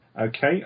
Okay